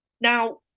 now